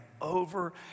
over